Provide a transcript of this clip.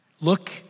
Look